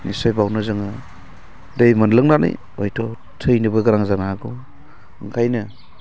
निस्स्य बेयावनो जोङो दै मोनलोंनानै हयथ' थैनोबो गोनां जानो हागौ ओंखायनो